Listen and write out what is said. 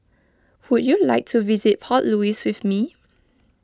would you like to visit Port Louis with me